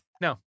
no